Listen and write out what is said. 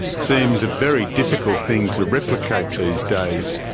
seems a very difficult thing to replicate these days.